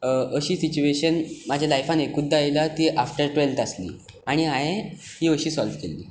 अशी सिट्युएशन म्हज्या लायफांत एकूच दा आयल्या ती आफ्टर टुवेल्थ आसली आनी हांवें ती अशी सोल्व केल्ली